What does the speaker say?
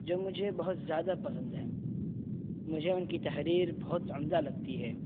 جو مجھے بہت زیادہ پسند ہیں مجھے ان کی تحریر بہت عمدہ لگتی ہے